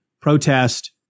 protest